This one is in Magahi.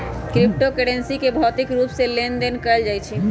क्रिप्टो करन्सी के भौतिक रूप से लेन देन न कएल जा सकइय